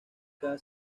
cada